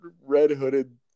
red-hooded